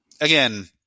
again